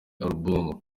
alubumu